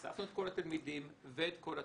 אספנו את כל התלמידים ואת כל הצוות,